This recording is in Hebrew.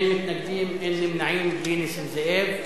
אין מתנגדים, אין נמנעים, בלי נסים זאב.